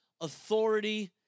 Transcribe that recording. authority